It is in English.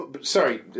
sorry